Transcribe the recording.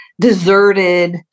deserted